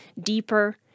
deeper